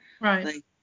Right